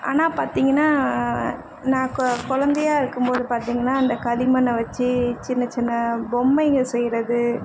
ஆனால் பார்த்தீங்கனா நான் கொ கொழந்தையா இருக்கும் போது பார்த்தீங்கனா இந்த களிமண்ணை வைச்சு சின்ன சின்ன பொம்மைங்கள் செய்கிறது